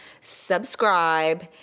subscribe